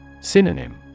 Synonym